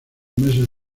meses